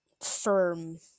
firm